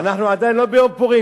אנחנו עדיין לא ביום פורים,